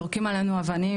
זורקים עלינו אבנים,